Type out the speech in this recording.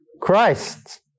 Christ